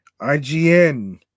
IGN